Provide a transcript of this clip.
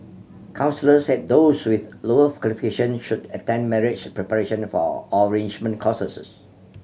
counsellors said those with lower qualifications should attend marriage preparation for or enrichment courses